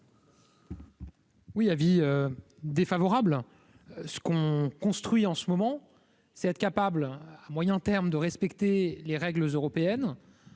Oui : avis défavorable, ce qu'on construit en ce moment, c'est être capable à moyen terme, de respecter les règles européennes,